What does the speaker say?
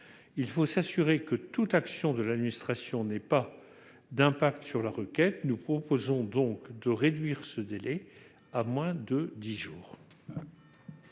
Il faut s'assurer que toute action de l'administration n'ait pas d'impact sur la requête. Nous proposons donc de réduire ce délai à moins de dix jours.